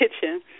kitchen